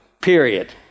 period